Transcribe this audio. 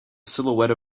silhouette